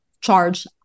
charge